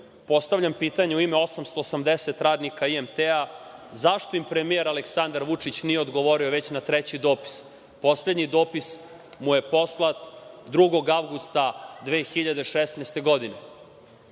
Postavljam pitanje u ime 880 radnika IMT, zašto im premijer Aleksandar Vučić nije odgovorio već na treći dopis? Poslednji dopis mu je poslat 2. avgusta 2016. godine.